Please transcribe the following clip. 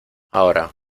ahora